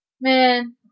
man